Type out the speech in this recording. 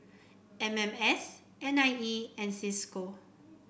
M M S N I E and Cisco